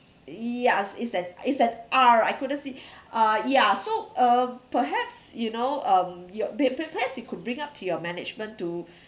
ya it's an it's an R I couldn't see uh ya so uh perhaps you know um you pe~ perhaps you could bring up to your management to